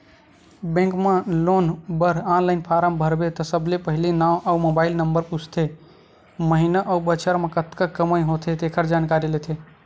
bank म loan बर online form भरबे त सबले पहिली नांव अउ मोबाईल नंबर पूछथे, महिना अउ बछर म कतका कमई होथे तेखर जानकारी लेथे